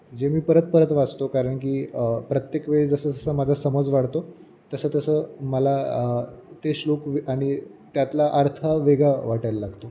जे मी परत परत वाचतो कारण की प्रत्येक वेळी जसं जसं माझा समज वाढतो तसं तसं मला ते श्लोक आणि त्यातला अर्थ वेगळा वाटायला लागतो